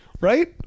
Right